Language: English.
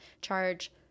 charge